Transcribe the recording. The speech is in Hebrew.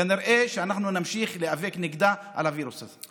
כנראה אנחנו נמשיך להיאבק בה נגד הווירוס הזה.